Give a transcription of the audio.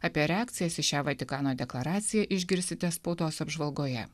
apie reakcijas į šią vatikano deklaraciją išgirsite spaudos apžvalgoje